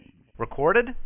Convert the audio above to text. Recorded